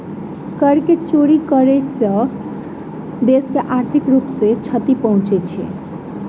कर के चोरी करै सॅ देश के आर्थिक रूप सॅ क्षति पहुँचे छै